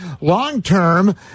long-term